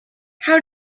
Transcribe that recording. how